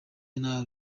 nabi